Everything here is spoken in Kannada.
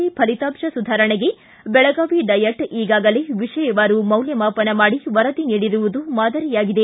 ಸಿ ಫಲಿತಾಂಶ ಸುಧಾರಣೆಗೆ ಬೆಳಗಾವಿ ಡಯಟ್ ಈಗಾಗಲೇ ವಿ ಯವಾರು ಮೌಲ್ಯಮಾಪನ ಮಾಡಿ ವರದಿ ನೀಡಿರುವುದು ಮಾದರಿಯಾಗಿದೆ